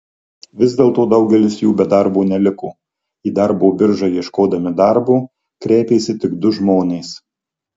vis dėlto daugelis jų be darbo neliko į darbo biržą ieškodami darbo kreipėsi tik du žmonės